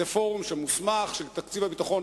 זה פורום שמוסמך, שתקציב הביטחון